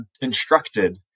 instructed